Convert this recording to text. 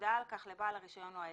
הודעה על כך לבעל הרישיון או ההיתר.